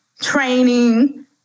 training